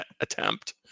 attempt